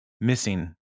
missing